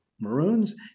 Maroons